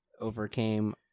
overcame